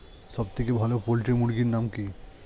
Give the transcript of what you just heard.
সবথেকে ভালো পোল্ট্রি মুরগির নাম কি?